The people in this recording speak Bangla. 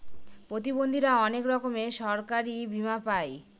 প্রতিবন্ধীরা অনেক রকমের সরকারি বীমা পাই